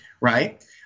right